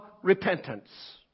repentance